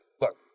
look